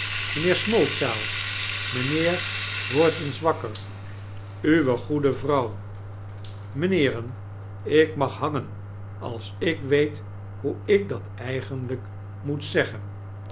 komt mynheer smallchild mynheer word eens wakker uwe goede vrouw mijnheeren ikmag hangen als ik weet hoe ik dat eigenlyk moet zeggen